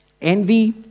envy